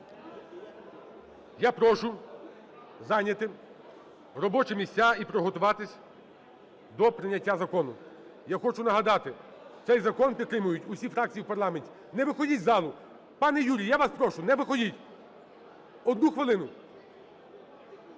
Я прошу зайняти робочі місця і приготуватись до прийняття закону. Я хочу нагадати, цей закон підтримують усі фракції в парламенті. Не виходіть з залу. Пане Юрій, я вас прошу, не виходіть. Одну хвилину.